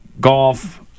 golf